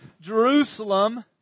Jerusalem